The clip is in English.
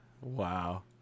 Wow